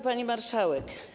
Pani Marszałek!